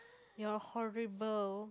you're horrible